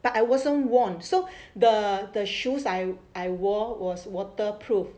but I wasn't warn so the the shoes I I wa~ worn waterproof